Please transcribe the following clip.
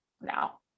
now